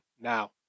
Now